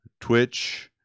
Twitch